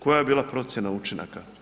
Koja je bila procjena učinaka?